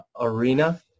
arena